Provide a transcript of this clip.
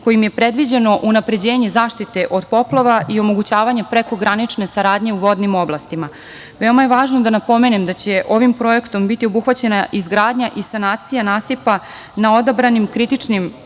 kojim je predviđeno unapređenje zaštite od poplava i omogućavanje prekogranične saradnje u vodnim oblastima. Veoma je važno da napomenem da će ovim projektom biti obuhvaćena izgradnja i sanacija nasipa na odabranim kritičnim